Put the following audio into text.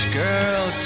girl